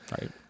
Right